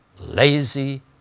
lazy